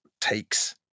takes